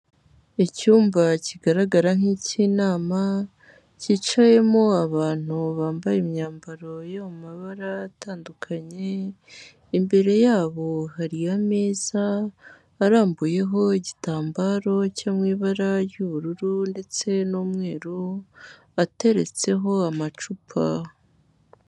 Icyumba kigaragara nk'ik'inama cyicayemo abantu bambaye imyambaro yo mu mabara atandukanye, imbere yabo hari ameza arambuyeho igitambaro cyo mu ibara ry'ubururu ndetse n'umweru ateretseho amacupa.